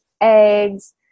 eggs